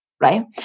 right